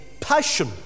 passion